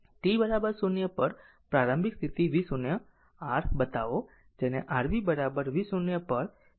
t 0 પર પ્રારંભિક સ્થિતિ v0 r બતાવો જેને r v v0 પર 0 કહે છે